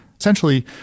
Essentially